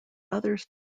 others